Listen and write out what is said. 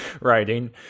writing